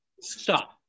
stop